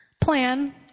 Plan